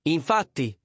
Infatti